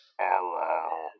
Hello